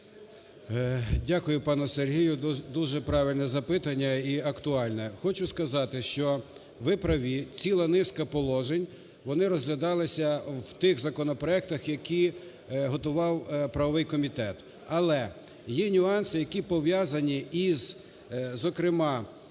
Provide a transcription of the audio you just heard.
Дякую, пане Сергію, дуже правильне запитання і актуальне. Хочу сказати, що ви праві, ціла низка положень, вони розглядалися в тих законопроектах, які готував правовий комітет. Але є нюанси, які пов'язані із, зокрема,